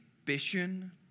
ambition